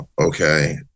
Okay